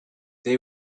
they